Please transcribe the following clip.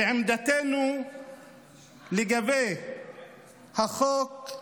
כי עמדתנו לגבי החוק,